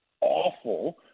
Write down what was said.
awful